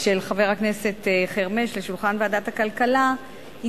של חבר הכנסת חרמש לשולחן ועדת הכלכלה היא